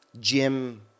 gym